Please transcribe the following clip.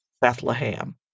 Bethlehem